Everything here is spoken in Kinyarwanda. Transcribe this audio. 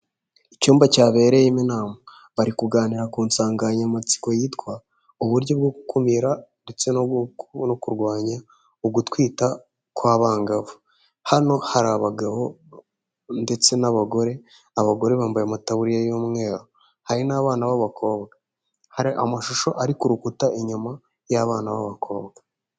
Icyumba cyabereyemo inama bari kuganira ku nsanganyamatsiko yitwa uburyo bwo gukumira ndetse no kurwanya ugutwita kw'abangavu, hano hari abagabo ndetse n'abagore, abagore bambaye amatabuririya y'umweru, hari n'abana b'abakobwa, hari amashusho ari ku rukuta inyuma y'abana b'abakobwa.